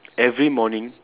every morning